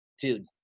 Dude